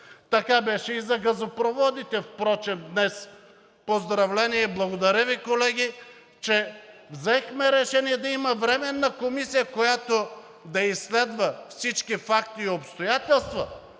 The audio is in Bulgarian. Така беше и за газопроводите впрочем. Поздравления и благодаря Ви, колеги, че днес взехме решение да има Временна комисия, която да изследва всички факти и обстоятелства,